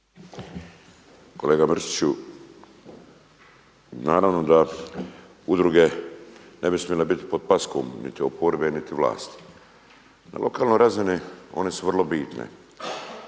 Kolega Mršiću, naravno da udruge ne bi smjele biti pod paskom niti oporbe niti vlasti. Na lokalnoj razini one su vrlo bitne,